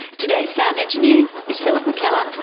today's sound engineer is philip mckellar.